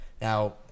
Now